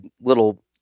little